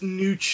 new